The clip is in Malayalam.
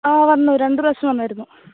ആ വന്നു രണ്ടു പ്രാവശ്യം വന്നായിരുന്നു